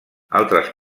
altres